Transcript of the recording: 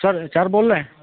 sir H R बोल रहे हैं